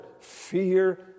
fear